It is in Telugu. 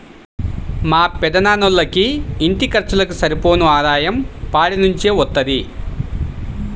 మా పెదనాన్నోళ్ళకి ఇంటి ఖర్చులకు సరిపోను ఆదాయం పాడి నుంచే వత్తది